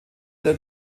der